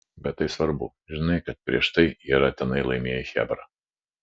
bet tai svarbu žinai kad prieš tai yra tenai laimėję chebra